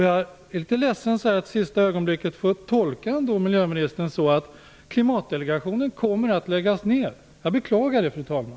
Jag är litet ledsen att jag så här i sista ögonblicket måste tolka miljöministern så, att Klimatdelegationen kommer att läggas ner. Det beklagar jag, fru talman.